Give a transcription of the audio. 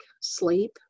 sleep